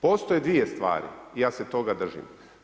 Postoje dvije stvari, ja se toga držim.